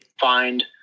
find